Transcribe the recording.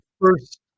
first